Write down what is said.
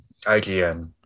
IGN